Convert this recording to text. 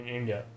India